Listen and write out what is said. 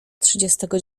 trzydziestego